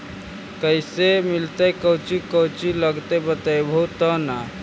कैसे मिलतय कौची कौची लगतय बतैबहू तो न?